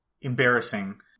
embarrassing